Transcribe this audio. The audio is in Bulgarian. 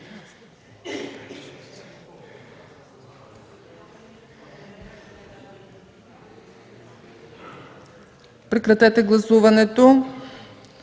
Прекратете гласуването,